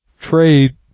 trade